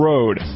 road